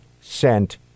sent